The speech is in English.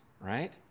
right